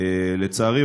לצערי,